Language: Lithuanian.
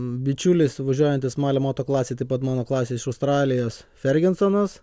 bičiulis važiuojantis malio moto klasėj taip pat mano klasėj iš australijos fergensonas